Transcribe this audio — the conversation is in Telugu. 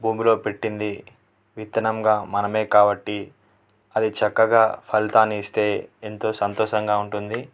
భూమిలో పెట్టింది విత్తనంగా మనం కాబట్టి అది చక్కగా ఫలితాన్ని ఇస్తే ఎంతో సంతోషంగా ఉంటుంది